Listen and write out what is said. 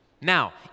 Now